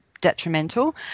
detrimental